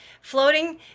floating